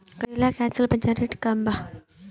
करेला के आजकल बजार रेट का बा?